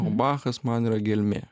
o bachas man yra gelmė